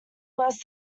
worse